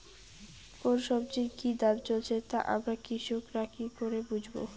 কোন সব্জির কি দাম চলছে তা আমরা কৃষক রা কি করে বুঝবো?